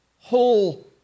whole